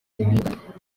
impinduka